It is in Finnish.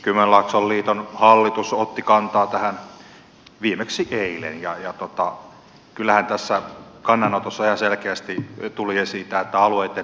kymenlaakson liiton hallitus otti kantaa tähän viimeksi eilen ja kyllähän tässä kannanotossa ihan selkeästi tuli esiin tämä että alueitten tahtoa ei kuultu